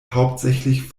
hauptsächlich